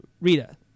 Rita